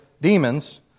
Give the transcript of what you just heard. demons